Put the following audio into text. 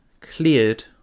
cleared